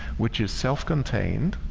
which is self-contained